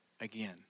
again